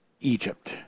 Egypt